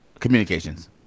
Communications